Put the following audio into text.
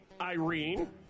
Irene